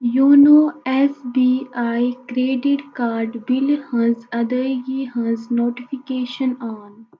YONO S B I credit card بِلہِ ہٕنٛز ادٲیگی ہٕنٛز نوٹفکیشن آن